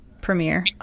premiere